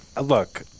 Look